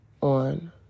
on